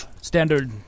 standard